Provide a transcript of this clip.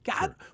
God